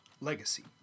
Legacy